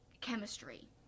chemistry